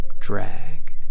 drag